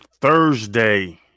Thursday